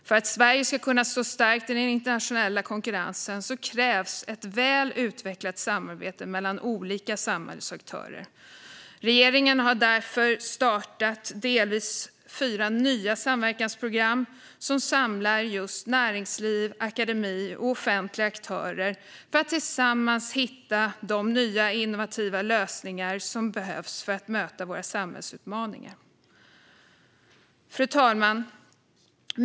För att Sverige ska kunna stå starkt i den internationella konkurrensen krävs ett väl utvecklat samarbete mellan olika samhällsaktörer. Regeringen har därför startat fyra delvis nya samverkansprogram som samlar näringsliv, akademi och offentliga aktörer för att man tillsammans ska hitta de nya, innovativa lösningar som behövs för att möta våra samhällsutmaningar. Fru talman!